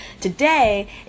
today